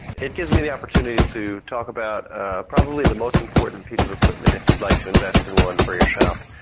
it gives me the opportunity to talk about probably the most important piece of equipment if you'd like to invest in one for your shop,